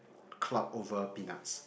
clout over peanuts